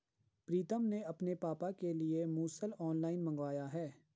प्रितम ने अपने पापा के लिए मुसल ऑनलाइन मंगवाया है